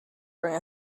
bring